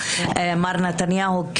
מר נתניהו,